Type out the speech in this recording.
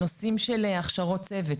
נושאים של הכשרות צוות,